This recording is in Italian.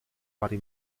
vari